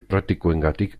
praktikoengatik